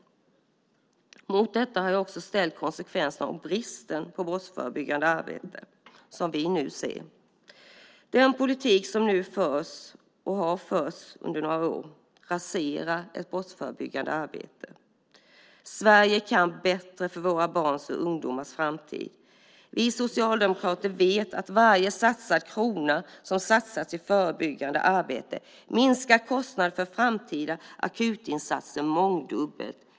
Mot detta har jag ställt de konsekvenser av bristen på brottsförebyggande arbete som vi nu ser. Den politik som nu förs, och som har förts under några år, raserar det brottsförebyggande arbetet. Sverige kan bättre för våra barns och ungdomars framtid. Vi socialdemokrater vet att varje krona som satsas på förebyggande arbete minskar kostnaderna för framtida akutinsatser mångdubbelt.